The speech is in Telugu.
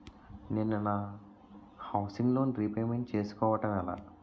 నేను నా హౌసిగ్ లోన్ రీపేమెంట్ చేసుకోవటం ఎలా?